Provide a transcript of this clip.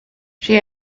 she